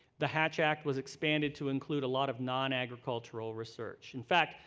the hatch act was expanded to include a lot of non-agricultural research. in fact,